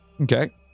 Okay